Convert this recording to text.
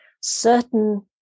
certain